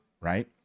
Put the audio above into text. right